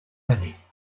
d’années